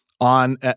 on